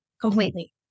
completely